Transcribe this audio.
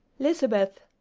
lizabeth!